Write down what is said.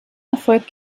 erfolgt